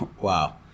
Wow